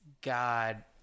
god